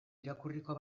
irakurriko